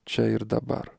čia ir dabar